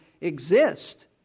exist